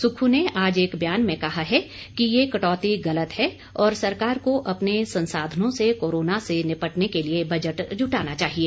सुक्खू ने आज एक बयान में कहा है कि ये कटौती गलत है और सरकार को अपने संसाधनों से कोरोना से निपटने के लिए बजट जुटाना चाहिए